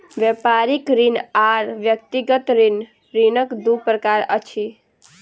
व्यापारिक ऋण आर व्यक्तिगत ऋण, ऋणक दू प्रकार अछि